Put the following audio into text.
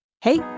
Hey